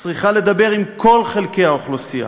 צריכה לדבר עם כל חלקי האוכלוסייה.